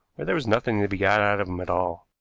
or there was nothing to be got out of him at all.